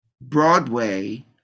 Broadway